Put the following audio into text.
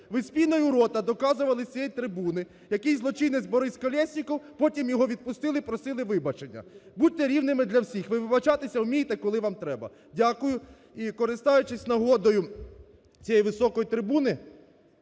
ви з піною в роті доказували з цієї трибуни, який злочинець Борис Колесніков, потім його відпустили і просили вибачення. Будьте рівними для всіх. Ви вибачатися вмієте, коли вам треба. Дякую. І, користаючись нагодою, з цієї високої трибуни